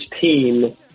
team